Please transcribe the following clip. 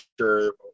sure